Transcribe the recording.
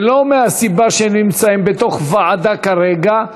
שלא מהסיבה שהם נמצאים בוועדה כרגע,